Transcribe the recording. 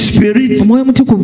Spirit